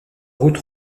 routes